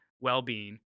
well-being